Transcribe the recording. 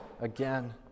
again